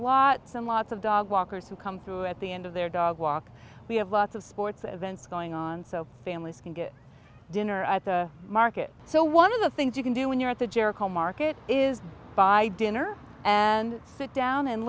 lots and lots of dog walkers who come through at the end of their dog walk we have lots of sports events going on so families can get dinner at the market so one of the things you can do when you're at the jericho market is buy dinner and sit down and